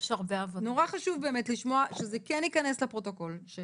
נורא חשוב לשמוע ושזה כן ייכנס לפרוטוקול של